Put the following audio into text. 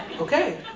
Okay